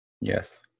Yes